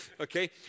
okay